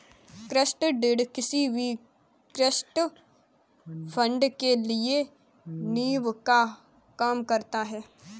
trust deed किसी भी trust fund के लिए नीव का काम करता है